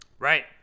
Right